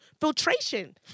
filtration